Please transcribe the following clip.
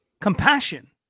compassion